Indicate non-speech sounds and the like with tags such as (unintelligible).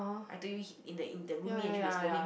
(unintelligible)